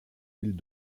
îles